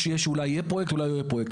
שאולי יהיה פרויקט ואולי לא יהיה פרויקט.